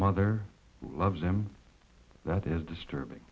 mother loves him that is disturbing